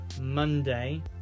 Monday